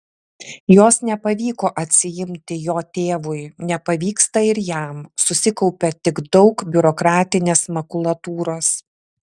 jos nepavyko atsiimti jo tėvui nepavyksta ir jam susikaupia tik daug biurokratinės makulatūros